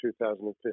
2015